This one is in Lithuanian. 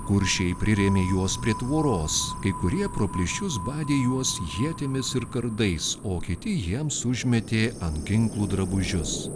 kuršiai prirėmė juos prie tvoros kai kurie pro plyšius badė juos ietimis ir kardais o kiti jiems užmetė ant ginklų drabužius